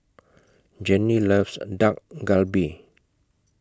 Jennie loves Dak Galbi